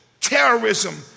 terrorism